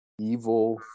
evil